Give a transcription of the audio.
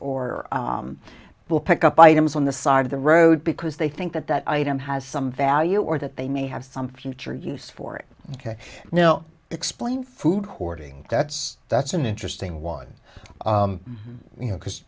or pick up items on the side of the road because they think that that item has some value or that they may have some future use for it ok now explain food courting that's that's an interesting one you know because